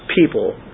people